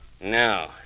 No